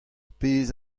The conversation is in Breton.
pezh